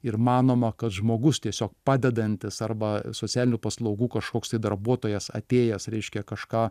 ir manoma kad žmogus tiesiog padedantis arba socialinių paslaugų kažkoks tai darbuotojas atėjęs reiškia kažką